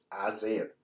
Isaiah